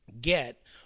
get